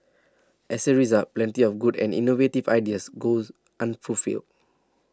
as a result plenty of good and innovative ideas goes unfulfilled